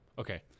okay